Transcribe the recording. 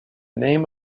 name